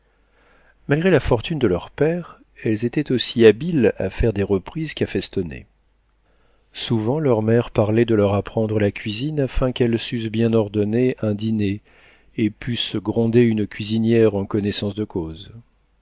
malgré la fortune de leur père elles étaient aussi habiles à faire des reprises qu'à festonner souvent leur mère parlait de leur apprendre la cuisine afin qu'elles sussent bien ordonner un dîner et pussent gronder une cuisinière en connaissance de cause